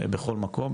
בכל מקום,